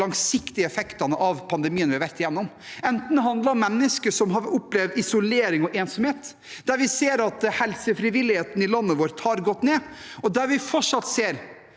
langsiktige effektene av pandemien vi har vært gjennom. Det handler om mennesker som har opplevd isolering og ensomhet, vi ser at helsefrivilligheten i landet vårt har gått ned, og vi ser fortsatt at